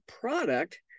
product